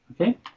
Okay